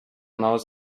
knows